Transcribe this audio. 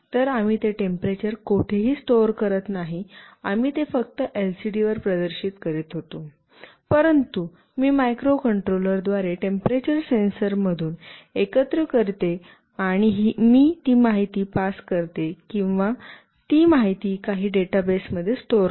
तर आम्ही ते टेम्परेचर कोठेही स्टोर करत नाही आम्ही ते फक्त एलसीडी वर प्रदर्शित करीत होतो परंतु मी मायक्रोकंट्रोलर द्वारे टेम्परेचर सेन्सरमधून एकत्रित करतो आणि मी ती माहिती पास करतो किंवा ती माहिती काही डेटाबेसमध्ये स्टोर करते